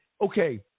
Okay